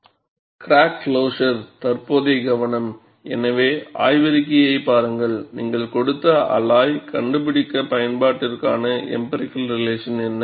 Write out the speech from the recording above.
crack closure தற்போதைய கவனம் எனவே ஆய்வறிக்கையை பாருங்கள் நீங்கள் கொடுத்த அலாய் கண்டுபிடிக்க பயன்பாட்டிற்கான எம்பிரிக்கல் ரிலேஷன் என்ன